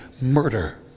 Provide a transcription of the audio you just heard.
murder